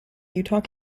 utah